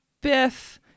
Biff